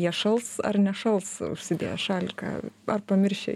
jie šals ar nešals užsidėję šaliką ar pamiršę